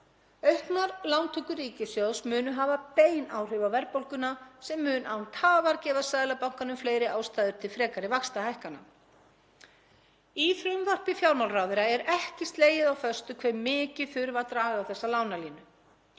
Auknar lántökur ríkissjóðs munu hafa bein áhrif á verðbólguna sem mun án tafar gefa Seðlabankanum fleiri ástæður til frekari vaxtahækkana. Í frumvarpi fjármálaráðherra er því ekki slegið föstu hve mikið þurfi að draga á þessa lánalínu